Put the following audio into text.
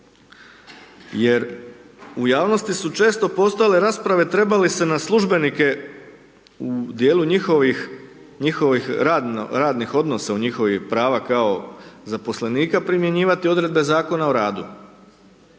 jer u javnosti su često postojale rasprave treba li se na službenike u dijelu njihovih radnih odnosa u njihovih prava kao zaposlenika, primjenjivati odredbe Zakona o radu